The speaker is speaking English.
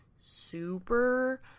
super